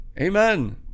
Amen